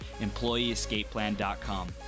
EmployeeEscapePlan.com